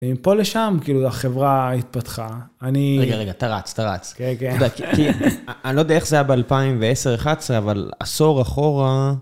ומפה לשם, כאילו, החברה התפתחה. אני... רגע, רגע, אתה רץ, אתה רץ. כן, כן. אני לא יודע איך זה היה באלפיים עשר - אחד עשרה, אבל עשור אחורה...